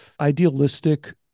idealistic